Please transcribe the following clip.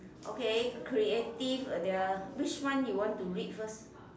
okay creative the which one you want to read first